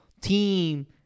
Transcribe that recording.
team